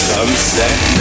Sunset